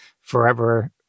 forever